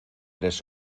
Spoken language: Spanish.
eres